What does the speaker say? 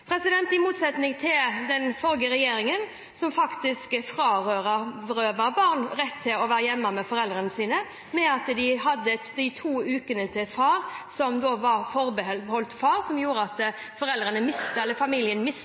– i motsetning til den forrige regjeringen, som faktisk frarøvet barn rett til å være hjemme med foreldrene sine, i og med at de hadde de to ukene som var forbeholdt far, noe som gjorde at familien mistet